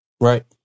Right